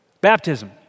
Baptism